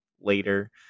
later